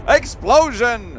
explosion